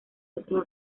otros